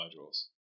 modules